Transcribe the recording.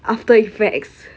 after effects